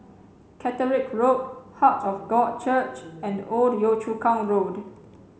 Catterick Road Heart of God Church and Old Yio Chu Kang Road